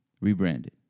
Rebranded